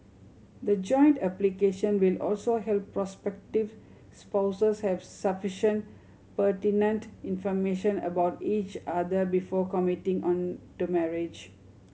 the joint application will also help prospective spouses have sufficient pertinent information about each other before committing on to marriage